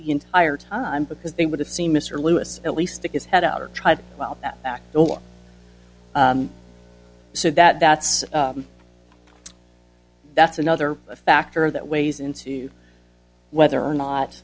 the entire time because they would have seen mr lewis at least stick his head out or tried out that back door so that that's that's another factor that weighs into whether or not